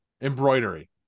embroidery